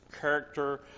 character